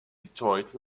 detroit